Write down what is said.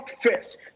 first